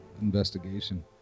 investigation